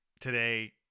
today